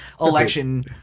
election